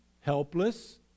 helpless